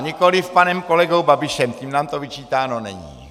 Nikoliv panem kolegou Babišem, tím nám to vyčítáno není.